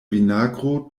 vinagro